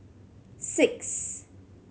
six